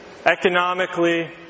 economically